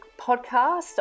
Podcast